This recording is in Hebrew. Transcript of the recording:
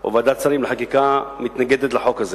או ועדת שרים לחקיקה מתנגדת לחוק הזה.